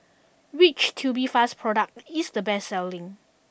which Tubifast product is the best selling